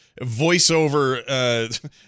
voiceover